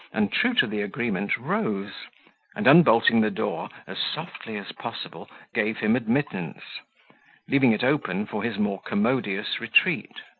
and, true to the agreement, rose and, unbolting the door, as softly as possible, gave him admittance leaving it open for his more commodious retreat.